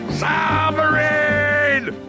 submarine